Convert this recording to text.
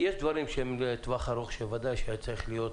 יש דברים שהם לטווח ארוך שבוודאי היה צריכה להיות